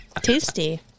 tasty